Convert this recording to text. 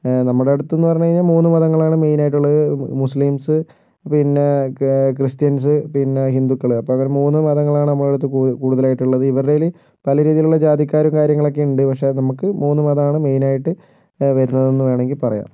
നമ്മുടെ അടുത്തെന്ന് പറഞ്ഞു കഴിഞ്ഞാൽ മൂന്ന് മതങ്ങളാണ് മെയിനായിട്ട് ഉള്ളത് മുസ്ലിംസ് പിന്നെ ക്രിസ്ത്യൻസ് പിന്നെ ഹിന്ദുക്കൾ അപ്പോൾ അങ്ങനെ മൂന്ന് മതങ്ങളാണ് നമ്മളെയടുത്ത് കൂടുതലായിട്ട് ഉളളത് ഇവരുടേതിൽ പല രീതിയിലുള്ള ജാതിക്കാരും കാര്യങ്ങളൊക്കെ ഉണ്ട് പക്ഷെ നമുക്ക് മൂന്ന് മതമാണ് മെയിനായിട്ട് വരുന്നതെന്ന് വേണമെങ്കിൽ പറയാം